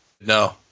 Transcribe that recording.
No